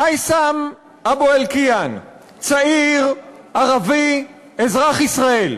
מייסם אבו אלקיעאן, צעיר ערבי אזרח ישראל,